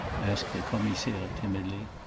asked the commissaire timidly.